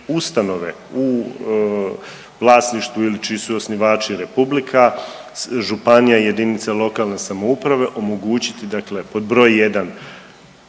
ustanove u vlasništvu ili čiji su osnivački republika, županija i jedinice lokalne samouprave omogućiti dakle pod broj jedan